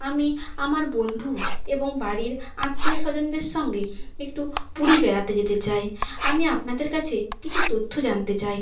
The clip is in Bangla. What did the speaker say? আমি আমার বন্ধু এবং বাড়ির আত্মীয় স্বজনদের সঙ্গে একটু পুরী বেড়াতে যেতে চাই আমি আপনাদের কাছে কিছু তথ্য জানতে চাই